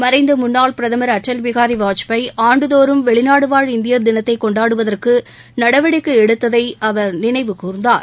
மறைந்த முன்னாள் பிரதமர் அடல் பிகாரி வாஜ்பேயி ஆண்டுதோறும் வெளிநாடு வாழ் இந்தியர் தினத்தை கொண்டுடாடுவதற்கு நடவடிக்கை எடுத்ததை அவர் நினைவு கூர்ந்தார்